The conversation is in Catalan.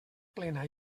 plena